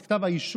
את כתב האישום,